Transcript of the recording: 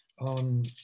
on